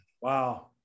Wow